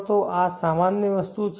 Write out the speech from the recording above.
તો આ સામાન્ય વસ્તુ છે